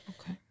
Okay